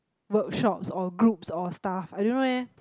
workshops or groups or staff I don't know eh